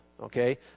okay